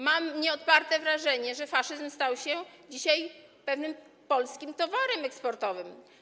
Mam nieodparte wrażenie, że faszyzm stał się dzisiaj pewnym polskim towarem eksportowym.